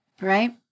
Right